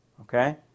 Okay